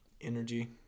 energy